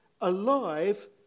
alive